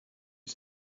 you